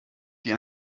die